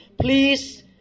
please